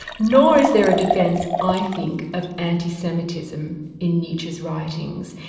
nor is there a defence, i think, of anti-semitism in nietzsche's writings.